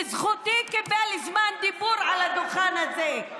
בזכותי הוא קיבל זמן דיבור על הדוכן הזה.